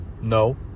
No